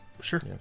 Sure